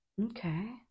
Okay